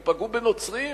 הם פגעו בנוצרים,